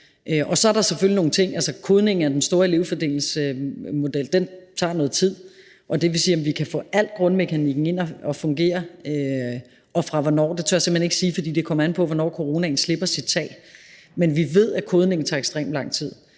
Og så er der selvfølgelig nogle ting, der tager tid; kodningen af den store elevfordelingsmodel tager noget tid. Så om vi kan få al grundmekanikken ind at fungere og fra hvornår, tør jeg simpelt ikke sige, for det kommer an på, hvornår coronaen slipper sit tag. Men vi ved, at kodningen tager ekstremt lang tid.